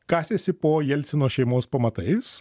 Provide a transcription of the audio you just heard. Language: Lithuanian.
kasėsi po jelcino šeimos pamatais